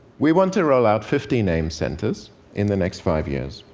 we want to roll out fifteen aims centers in the next five years,